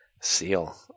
Seal